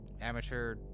amateur